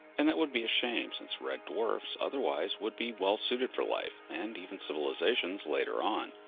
and that would be a shame, since red dwarfs otherwise would be well suited for life and even civilizations later on.